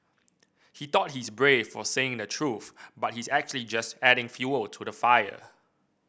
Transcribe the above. he thought he's brave for saying the truth but he's actually just adding fuel to the fire